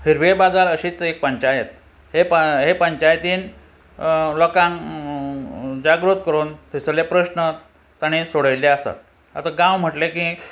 हिरवे बाजार अशीच एक पंचायत हे हे पंचायतीन लोकांक जागृत करून थंयसरले प्रस्न ताणें सोडयल्ले आसात आतां गांव म्हटले की